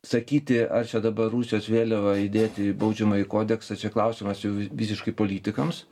sakyti ar čia dabar rusijos vėliavą įdėti į baudžiamąjį kodeksą čia klausimas jau vi visiškai politikams